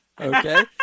Okay